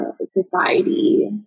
society